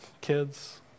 kids